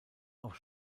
auf